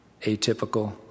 atypical